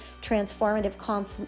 transformative